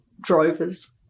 drover's